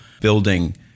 building